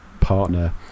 partner